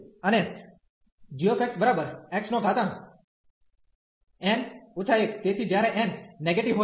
અને gxxn 1 તેથી જ્યારે n નેગેટિવ હોય